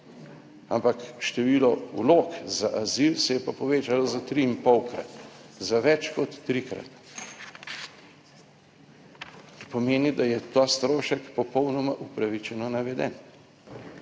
ampak število vlog za azil se je pa povečalo za tri in polkrat, za več kot trikrat. Kar pomeni, da je ta strošek popolnoma upravičeno naveden,